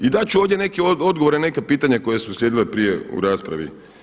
I dat ću ovdje neki odgovor na neka pitanja koja su uslijedila prije u raspravi.